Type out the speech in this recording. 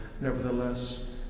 nevertheless